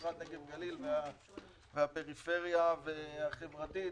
למשרד נגב-גליל ופריפריה חברתית,